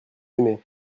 aimé